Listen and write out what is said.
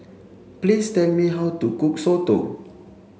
please tell me how to cook Soto